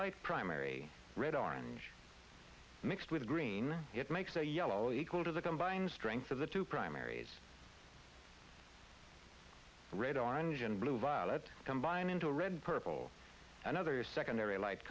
light primary red orange mixed with green it makes the yellow equal to the combined strength of the two primaries the red orange and blue violet combine into a red purple another secondary light